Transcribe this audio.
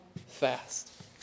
fast